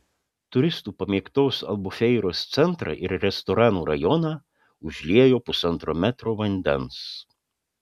turistų pamėgtos albufeiros centrą ir restoranų rajoną užliejo pusantro metro vandens